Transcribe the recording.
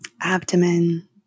abdomen